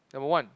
number one